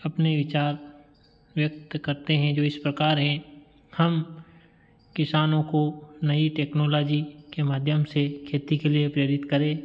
अपने विचार व्यक्त करते हैं जो इस प्रकार हैं हम किसानो को नई टेक्नोलोजी के माध्यम से खेती के लिए प्रेरित करें